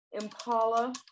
Impala